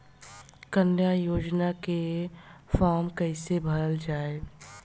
कन्या योजना के फारम् कैसे भरल जाई?